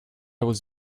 was